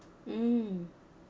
mm